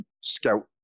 scout